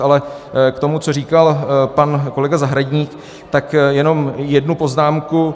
Ale k tomu, co říkal pan kolega Zahradník, tak jenom jednu poznámku.